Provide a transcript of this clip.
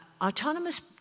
Autonomous